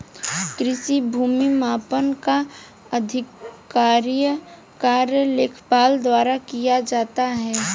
कृषि भूमि मापन का आधिकारिक कार्य लेखपाल द्वारा किया जाता है